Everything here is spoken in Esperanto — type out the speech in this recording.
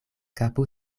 kapo